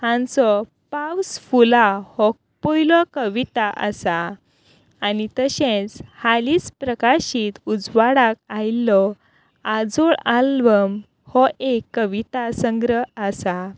हांचो पावस फुलां हो पयलो कविता आसा आनी तशेंच हालींच प्रकाशीत उजवाडाक आयिल्लो आजोळ आल्बम हो एक कविता संग्रह आसा